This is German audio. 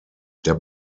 der